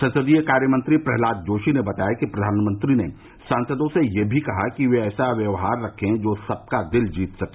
संसदीय कार्यमंत्री प्रह्लाद जोशी ने बताया कि प्रधानमंत्री ने सांसदों से यह भी कहा कि वे ऐसा व्यवहार रखें जो सबका दिल जीत सके